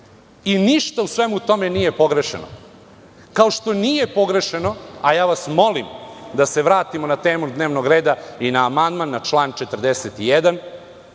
i ništa u svemu tome nije pogrešno, kao što nije pogrešno, a ja vas molim da se vratimo na temu dnevnog reda i na amandman na član 41,